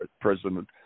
president